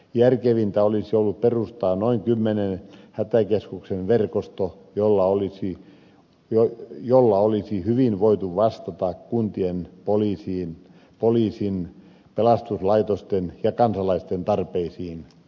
järkevintä olisi ollut perustaa noin kymmenen hätäkeskuksen verkosto jolla olisi hyvin voitu vastata kuntien poliisin pelastuslaitosten ja kansalaisten tarpeisiin